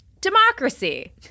democracy